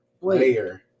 layer